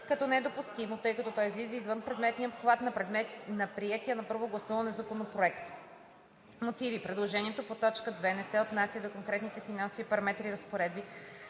като недопустимо, тъй като то излиза извън предметния обхват на приетия на първо гласуване законопроект. Мотиви: Предложението по т. 2 не се отнася до конкретните финансови параметри и разпоредби,